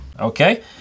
Okay